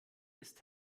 ist